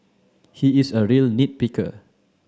he is a real nit picker